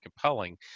compelling